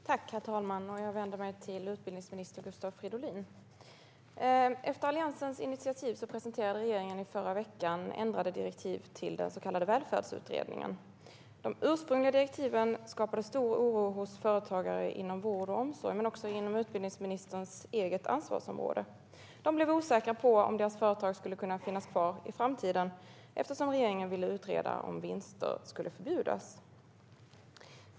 Herr talman! Jag vänder mig till utbildningsminister Gustav Fridolin. Efter Alliansens initiativ presenterade regeringen i förra veckan ändrade direktiv till Välfärdsutredningen. De ursprungliga direktiven skapade stor oro hos företagare inom vård och omsorg samt inom utbildningsministerns eget ansvarsområde. De blev osäkra på om deras företag skulle kunna finnas kvar i framtiden eftersom regeringen ville utreda om vinster skulle förbjudas.